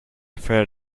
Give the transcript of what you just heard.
fair